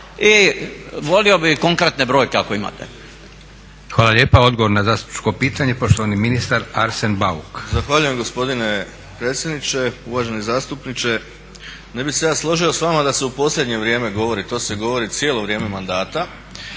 i volio bi konkretne brojke ako imate. **Leko, Josip (SDP)** Hvala lijepa. Odgovor na zastupničko pitanje poštovani ministar Arsen Bauk. **Bauk, Arsen (SDP)** Zahvaljujem gospodine predsjedniče. Uvaženi zastupniče ne bi se ja složio s vama da se u posljednje vrijeme govori to se govori cijelo vrijeme mandata,